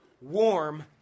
warm